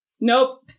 Nope